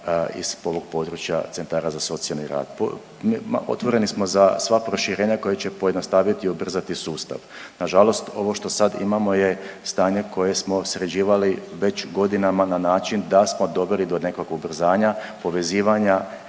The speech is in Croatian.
iz ovog područja centara za socijalni rad. Otvoreni smo za sva proširenja koja će pojednostaviti i ubrzati sustav. Nažalost, ovo što sad imamo je stanje koje smo sređivali već godinama na način da smo doveli do nekakvog ubrzanja, povezivanja,